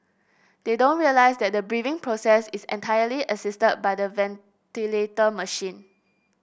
they don't realise that the breathing process is entirely assisted by the ventilator machine